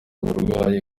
uburwayi